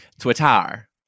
Twitter